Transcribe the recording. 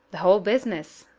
the whole business?